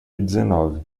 dezenove